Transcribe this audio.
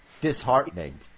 disheartening